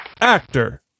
actor